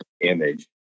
image